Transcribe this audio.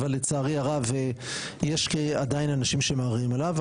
לצערי הרב יש עדיין אנשים שמערערים עליו,